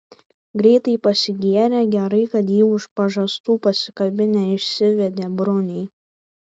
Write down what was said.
greitai pasigėrė gerai kad jį už pažastų pasikabinę išsivedė bruniai